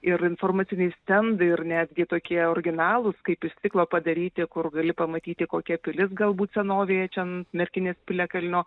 ir informaciniai stendai ir netgi tokie originalūs kaip iš stiklo padaryti kur gali pamatyti kokia pilis galbūt senovėje čia ant merkinės piliakalnio